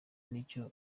n’icyo